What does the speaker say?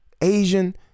asian